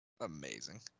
Amazing